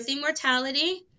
mortality